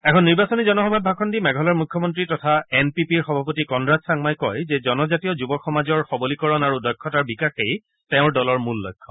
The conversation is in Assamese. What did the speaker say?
এখন নিৰ্বাচনী জনসভাত ভাষণ দি মেঘালয়ৰ মুখ্যমন্ত্ৰী তথা এন পি পিৰ সভাপতি কনৰাড চাংমাই কয় যে জনজাতীয় যুব সমাজৰ সবলীকৰণ আৰু দক্ষতাৰ বিকাশেই তেওঁৰ দলৰ মূল লক্ষ্য